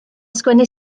sgwennu